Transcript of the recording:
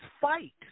fight